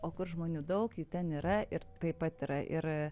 o kur žmonių daug jų ten yra ir taip pat yra ir